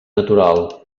natural